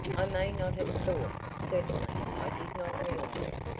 i may not have thought, certainly i did not realize,